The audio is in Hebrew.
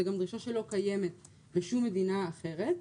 זו גם דרישה שלא קיימת בשום מדינה אחרת.